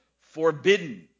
forbidden